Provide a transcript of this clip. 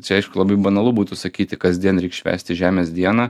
čia aišku labai banalu būtų sakyti kasdien reik švęsti žemės dieną